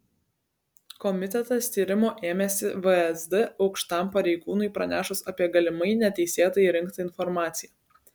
komitetas tyrimo ėmėsi vsd aukštam pareigūnui pranešus apie galimai neteisėtai rinktą informaciją